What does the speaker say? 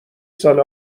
سال